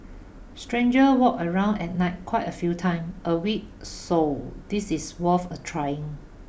stranger walk around at night quite a few time a week so this is worth a trying